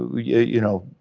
you know,